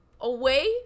away